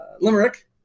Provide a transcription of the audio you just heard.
limerick